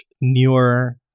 newer